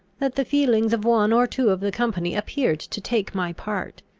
that the feelings of one or two of the company appeared to take my part.